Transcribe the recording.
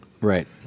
Right